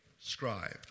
scribe